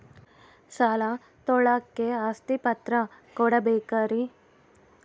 ಸಾಲ ತೋಳಕ್ಕೆ ಆಸ್ತಿ ಪತ್ರ ಕೊಡಬೇಕರಿ?